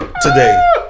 today